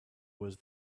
was